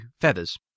feathers